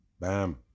Bam